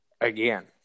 again